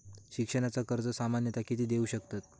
शिक्षणाचा कर्ज सामन्यता किती देऊ शकतत?